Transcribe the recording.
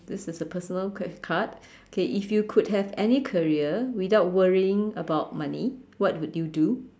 this is a personal que~ card okay if you could have any career without worrying about money what would you do